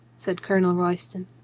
said colonel royston.